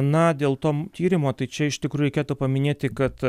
na dėl to tyrimo tai čia iš tikro reikėtų paminėti kad